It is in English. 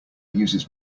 uses